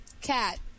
Cat